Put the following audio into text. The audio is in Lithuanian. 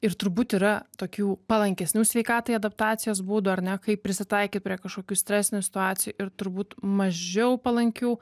ir turbūt yra tokių palankesnių sveikatai adaptacijos būdų ar ne kaip prisitaikyt prie kažkokių stresinių situacijų ir turbūt mažiau palankių